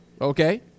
Okay